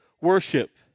worship